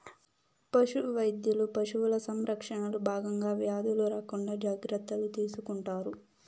పశు వైద్యులు పశువుల సంరక్షణలో భాగంగా వ్యాధులు రాకుండా జాగ్రత్తలు తీసుకుంటారు